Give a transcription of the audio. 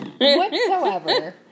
Whatsoever